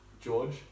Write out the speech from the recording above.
George